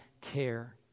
care